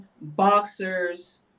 boxers